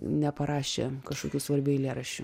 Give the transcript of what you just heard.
neparašė kažkokių svarbių eilėraščių